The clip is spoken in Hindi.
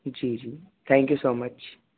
जी जी थैंकयू सो मच